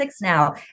now